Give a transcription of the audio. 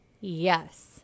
yes